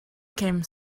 came